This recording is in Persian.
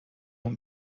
اون